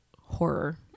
horror